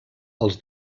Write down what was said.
als